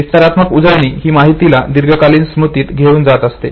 विस्तारात्मक उजळणी ही माहितीला दीर्घकालीन स्मृतीत घेऊन जात असते